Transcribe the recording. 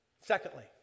Secondly